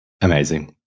Amazing